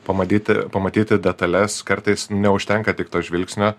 pamatyti pamatyti detales kartais neužtenka tik to žvilgsnio